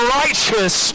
righteous